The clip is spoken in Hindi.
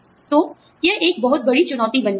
तो यह एक बहुत बड़ी चुनौती बन जाती है